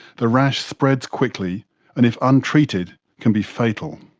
the rash spreads quickly and if untreated can be fatal.